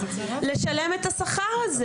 לשלם את השכר הזה.